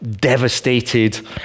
devastated